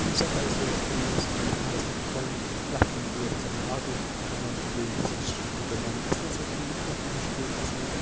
تَمہِ ساتہٕ ہَسا یہِ پَنٕنِس اَڈَس منٛز بَنان پرٛتھ کانٛہہ گٲڑۍ ہَسا بَنان آٹوٗ تہِ بَنان تہٕ بیٚیہِ ہَسا چھُ سوٗمو تہِ بَنان اَسہِ ہَسا چھِنہٕ کانٛہہ تہِ مُشکِل گَژھان